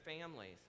families